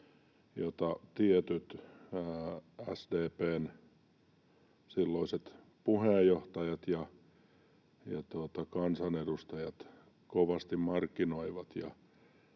jota tietyt SDP:n silloiset puheenjohtajat ja kansanedustajat kovasti markkinoivat.